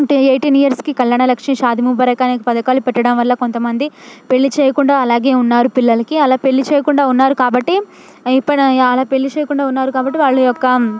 two eighteen ఇయర్స్కి కళ్యాణ లక్ష్మీ షాదీ ముబరక్ పథకాలు పెట్టడం వల్ల కొంత మంది పెళ్ళి చేయకుండా అలాగే ఉన్నారు పిల్లలకి అలా పెళ్ళి చేయకుండా ఉన్నారు కాబట్టి ఇప్పుడలా పెళ్ళి చేయకుండా ఉన్నారు కాబట్టి వాళ్ళ యొక్క